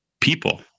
people